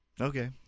Okay